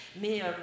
Mais